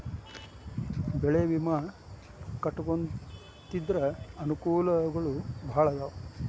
ಬೆಳೆ ವಿಮಾ ಕಟ್ಟ್ಕೊಂತಿದ್ರ ಅನಕೂಲಗಳು ಬಾಳ ಅದಾವ